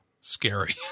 scary